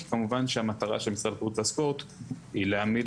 כמובן שהמטרה של משרד התרבות והספורט היא להעמיד